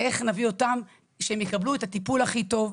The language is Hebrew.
איך נביא אותם שהם יקבלו את הטיפול הכי טוב,